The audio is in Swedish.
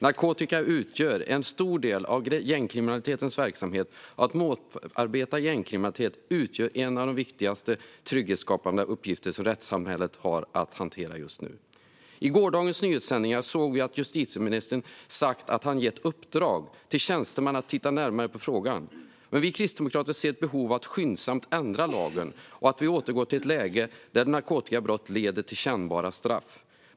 Narkotika utgör en stor del av gängkriminalitetens verksamhet, och att motarbeta gängkriminalitet utgör en av de viktigaste trygghetsskapande uppgifter som rättssamhället har att hantera. I gårdagens nyhetssändningar hörde vi att justitieministern sagt att han gett uppdrag till tjänstemän att titta närmare på frågan. Vi kristdemokrater ser ett behov av att skyndsamt ändra lagen så att vi återgår till ett läge där narkotikabrott leder till kännbara straff.